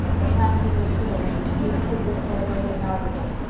the planting was put in the improvers celebrated an arbor day.